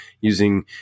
using